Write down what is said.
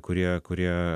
kurie kurie